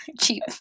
cheap